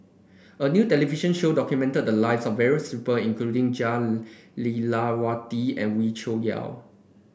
a new television show documented the lives of various people including Jah Lelawati and Wee Cho Yaw